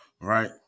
right